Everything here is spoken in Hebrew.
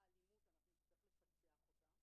צהריים טובים,